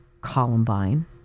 Columbine